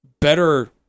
better